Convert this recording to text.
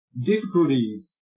difficulties